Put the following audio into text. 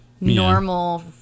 normal